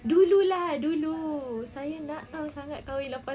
dulu lah dulu saya nak lah sangat kahwin lepas